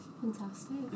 Fantastic